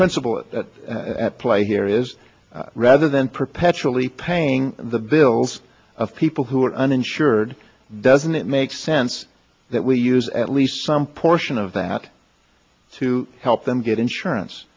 principle at play here is rather than perpetually paying the bills of people who are uninsured doesn't it make sense that we use at least some portion of that to help them get insurance